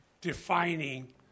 defining